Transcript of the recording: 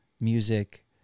music